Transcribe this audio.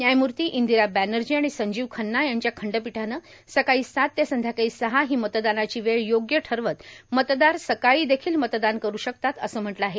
न्यायमूर्ती इंदिरा बॅनर्जी आणि संजिव खन्ना यांच्या खंडपीठानं सकाळी सात ते संध्याकाळी सहा ही मतदानाची वेळ योग्य ठरवत मतदार सकाळी देखील मतदान करू शकतात असं म्हटलं आहे